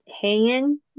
hanging